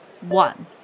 one